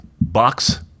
box